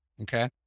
okay